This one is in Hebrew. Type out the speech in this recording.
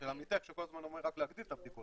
-- של עמיתך שאומר כל הזמן רק להגדיל את הבדיקות.